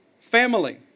family